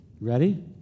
Ready